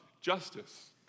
justice